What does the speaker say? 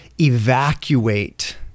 evacuate